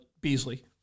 Beasley